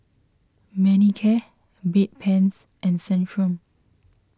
Manicare Bedpans and Centrum